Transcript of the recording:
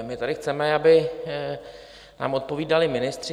My tady chceme, aby nám odpovídali ministři.